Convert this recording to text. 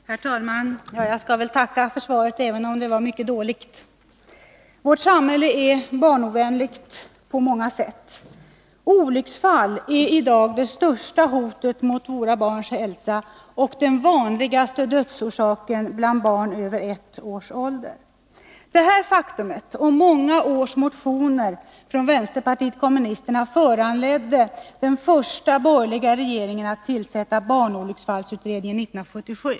Herr talman! Jag skall väl tacka för svaret, även om det var mycket dåligt. Vårt samhälle är barnovänligt på många sätt. Olycksfall är i dag det största hotet mot våra barns hälsa och den vanligaste dödsorsaken bland barn över ett års ålder. Detta faktum och många års motioner från vänsterpartiet kommunisterna föranledde den första borgerliga regeringen att tillsätta barnolycksfallsutredningen 1977.